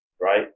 right